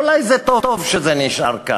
אולי טוב שזה נשאר כך,